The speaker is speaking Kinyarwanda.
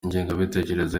ingengabitekerezo